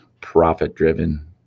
profit-driven